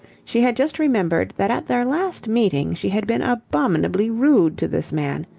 she had just remembered that at their last meeting she had been abominably rude to this man.